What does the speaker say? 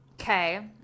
Okay